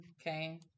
Okay